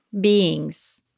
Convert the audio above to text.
beings